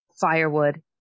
firewood